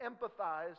empathize